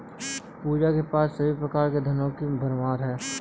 पूजा के पास सभी प्रकार के धनों की भरमार है